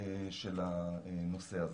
של הנושא הזה,